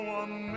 one